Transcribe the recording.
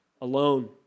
alone